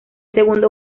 segundo